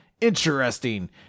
Interesting